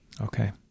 Okay